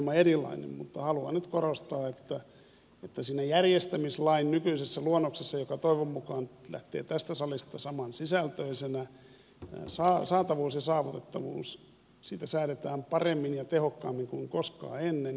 mutta haluan nyt korostaa että järjestämislain nykyisessä luonnoksessa joka toivon mukaan lähtee tästä salista saman sisältöisenä saatavuudesta ja saavutettavuudesta säädetään paremmin ja tehokkaammin kuin koskaan ennen